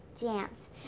dance